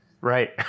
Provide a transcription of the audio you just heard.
Right